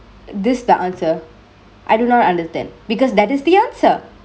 this the answer I do not understand because that is the answer